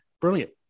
Brilliant